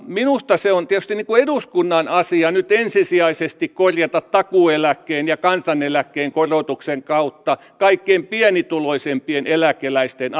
minusta se on tietysti eduskunnan asia nyt ensisijaisesti korjata takuueläkkeen ja kansaneläkkeen korotuksen kautta kaikkein pienituloisimpien eläkeläisten